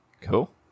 Cool